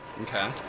Okay